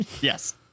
Yes